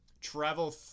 travel